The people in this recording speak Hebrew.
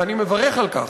ואני מברך על כך,